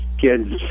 kids